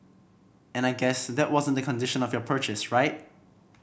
and I guess that wasn't the condition of your purchase right